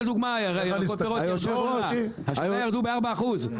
לדוגמה ירקות ופירות, השנה ירדו המחירים ב-4%.